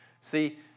See